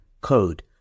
code